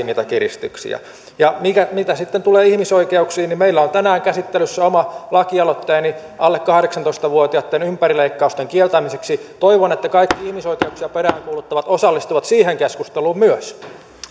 niitä kiristyksiä mitä sitten tulee ihmisoikeuksiin niin meillä on tänään käsittelyssä oma lakialoitteeni alle kahdeksantoista vuotiaitten ympärileikkausten kieltämiseksi toivon että kaikki ihmisoikeuksia peräänkuuluttavat osallistuvat siihen keskusteluun myös